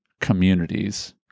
communities